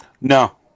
No